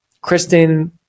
Kristen